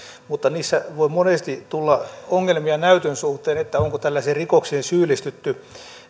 mutta niissä voi monesti tulla ongelmia näytön suhteen että onko tällaiseen rikokseen syyllistytty